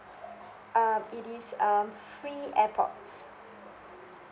um yes it is um free airpods